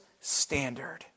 standard